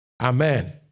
Amen